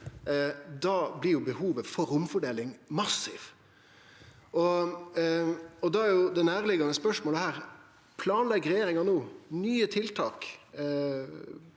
– blir behovet for omfordeling massivt. Det nærliggjande spørsmålet er da: Planlegg regjeringa nye tiltak